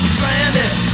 Stranded